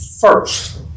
first